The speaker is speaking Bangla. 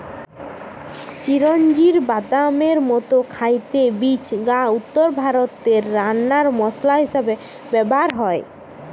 চিরোঞ্জির বাদামের মতো খাইতে বীজ গা উত্তরভারতে রান্নার মসলা হিসাবে ব্যভার হয়